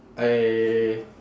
I